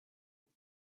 that